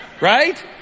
Right